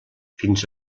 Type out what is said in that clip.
fins